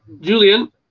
julian